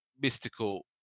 mystical